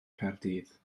caerdydd